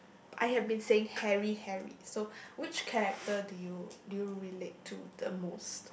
I have been saying Harry Harry so which character do you do you relate to the most